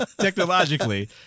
technologically